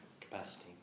capacity